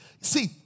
See